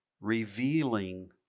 revealing